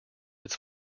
its